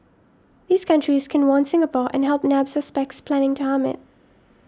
these countries can warn Singapore and help nab suspects planning to harm it